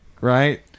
right